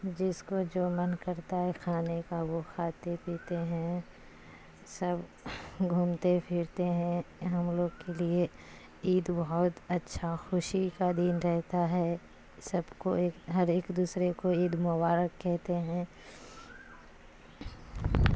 جس کو جو من کرتا ہے کھانے کا وہ کھاتے پیتے ہیں سب گھومتے پھرتے ہیں ہم لوگ کے لیے عید بہت اچھا خوشی کا دن رہتا ہے سب کو ایک ہر ایک دوسرے کو عید مبارک کہتے ہیں